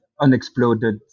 unexploded